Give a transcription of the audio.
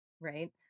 right